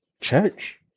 Church